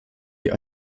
die